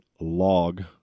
log